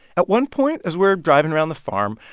at one point, as we're driving around the farm,